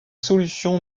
solutions